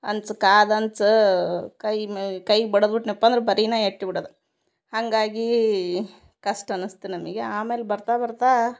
ಹಂಚು ಕಾದಂಚು ಕೈಗೆ ಬಡಿದ್ಬಿಟ್ನೆಪ್ಪ ಅಂದ್ರ ಬರೀನೆ ಎಟ್ಬಿಡದು ಹಾಗಾಗಿ ಕಷ್ಟ ಅನಸ್ತು ನಮಗೆ ಆಮೇಲೆ ಬರ್ತಾ ಬರ್ತಾ